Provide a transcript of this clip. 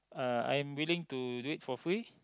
uh I'm willing to do it for free